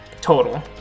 Total